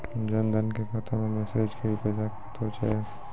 जन धन के खाता मैं मैसेज के भी पैसा कतो छ?